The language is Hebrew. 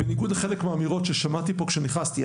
ובניגוד לחלק מהאמירות ששמעתי פה כשנכנסתי,